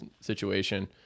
situation